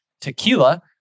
tequila